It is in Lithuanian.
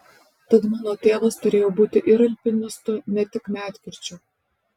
tad mano tėvas turėjo būti ir alpinistu ne tik medkirčiu